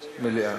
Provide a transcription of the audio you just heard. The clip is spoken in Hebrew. מליאה.